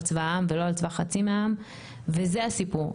צבא העם ולא על צבא חצי מהעם וזה הסיפור,